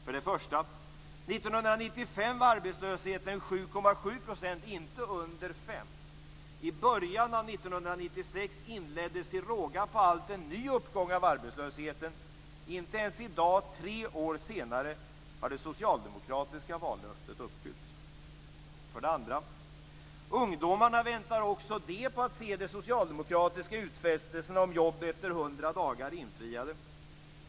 För det första var arbetslösheten 1995 7,7 %, inte under 5 %. I början av 1996 inleddes till råga på allt en ny uppgång av arbetslösheten. Inte ens i dag tre år senare har det socialdemokratiska vallöftet uppfyllts. För det andra väntar också ungdomarna på att se de socialdemokratiska utfästelserna om jobb efter 100 dagar infriade.